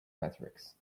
matrix